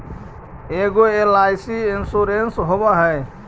ऐगो LIC insurance होव है?